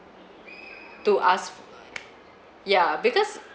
to ask uh ya because